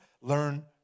learn